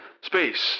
Space